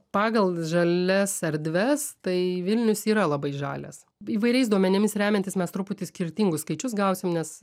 pagal žalias erdves tai vilnius yra labai žalias įvairiais duomenimis remiantis mes truputį skirtingus skaičius gausim nes